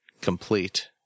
complete